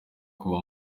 kuva